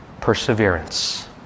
perseverance